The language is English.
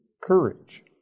courage